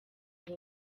abo